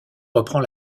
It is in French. reprend